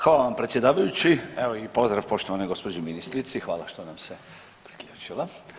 Hvala vam predsjedavajući, evo i pozdrav poštovanoj gđi. ministrici, hvala što nam se priključila.